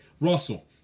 Russell